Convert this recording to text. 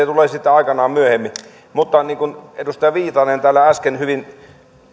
tulee sitten aikanaan myöhemmin mutta niin kuin edustaja viitanen täällä äsken hyvin